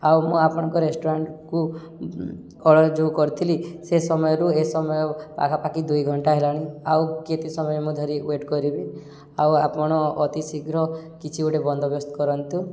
ଆଉ ମୁଁ ଆପଣଙ୍କ ରେଷ୍ଟୁରାଣ୍ଟକୁ ଅର୍ଡ଼ର୍ ଯେଉଁ କରିଥିଲି ସେ ସମୟରୁ ଏ ସମୟ ପାଖାପାଖି ଦୁଇ ଘଣ୍ଟା ହେଲାଣି ଆଉ କେତେ ସମୟରେ ମୁଁ ଧରି ୱେଟ୍ କରିବି ଆଉ ଆପଣ ଅତି ଶୀଘ୍ର କିଛି ଗୋଟେ ବନ୍ଦୋବ୍ୟସ୍ତ କରନ୍ତୁ